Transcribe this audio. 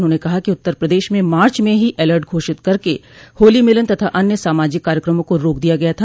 उन्होंने कहा कि उत्तर प्रदेश में मार्च में ही एलर्ट घोषित करके होली मिलन तथा अन्य सामाजिक कार्यक्रमों को रोक दिया गया था